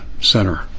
center